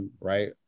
right